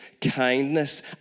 kindness